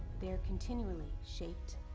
they were continually shaped